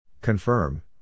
Confirm